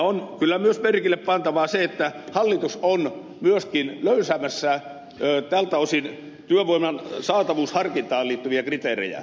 on kyllä myös merkille pantavaa se että hallitus on myöskin löysäämässä tältä osin työvoiman saatavuusharkintaan liittyviä kriteerejä